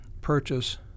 purchase